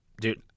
dude